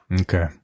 okay